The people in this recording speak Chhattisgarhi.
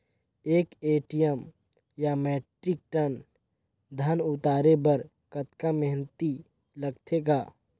एक एम.टी या मीट्रिक टन धन उतारे बर कतका मेहनती लगथे ग?